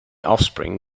offspring